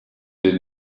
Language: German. den